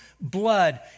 blood